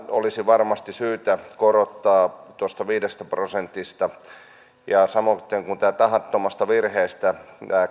olisi varmasti syytä korottaa tuosta viidestä prosentista samoiten tämä tahattomasta virheestä